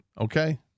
Okay